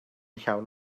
llawn